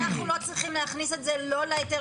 אנחנו לא צריכים להכניס את זה לא להיתר